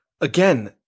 Again